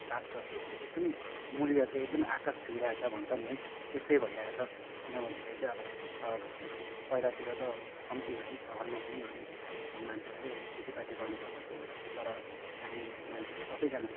साग सब्जीहरूको एकदमै मूल्य चाहिँ एकदमै आकाश छुइरहेछ भन्छ नि है त्यस्तै भइरहेछ किनभन्दाखेरि चाहिँ अब पहिलातिर त अब कम्ती भए पनि सहरमा पनि अलिअलि मान्छेहरूले खेतीपाती गर्ने गर्दथे तर अहिले मान्छेहरू सबैजना